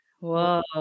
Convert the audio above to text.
Whoa